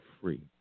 free